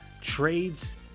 trades